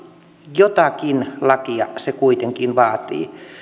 jotakin lakia se kuitenkin vaatii